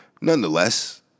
nonetheless